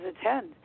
attend